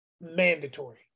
mandatory